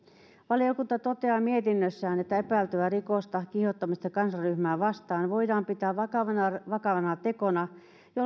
valiokunta toteaa mietinnössään että epäiltyä rikosta kiihottamista kansanryhmää vastaan voidaan pitää vakavana vakavana tekona jolla